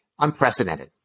Unprecedented